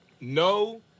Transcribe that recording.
No